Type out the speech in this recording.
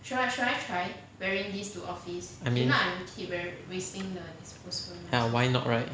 I mean ya why not right